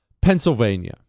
pennsylvania